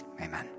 amen